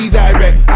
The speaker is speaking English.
direct